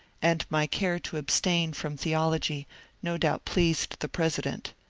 and my care to abstain from theology no doubt pleased the president.